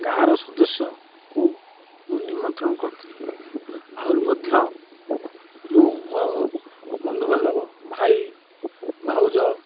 ଗାଁର ସଦସ୍ୟକୁ ମୁଁ ନିମନ୍ତ୍ରଣ କରିଥିଲି ଆହୁରି ମଧ୍ୟ ମୁଁ ମୋ ବନ୍ଧୁବାନ୍ଧବ ଭାଇ ଭାଉଜ